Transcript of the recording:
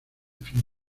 fin